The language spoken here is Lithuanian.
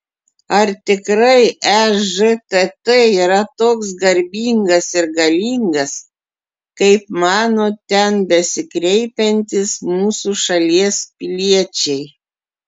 ar tikrai ežtt yra toks garbingas ir galingas kaip mano ten besikreipiantys mūsų šalies piliečiai